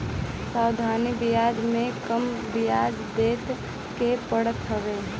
साधारण बियाज में कम बियाज देवे के पड़त हवे